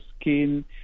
skin